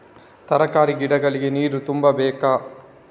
ತರಕಾರಿ ಗಿಡಗಳಿಗೆ ನೀರು ತುಂಬಬೇಕಾ?